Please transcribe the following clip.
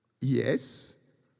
Yes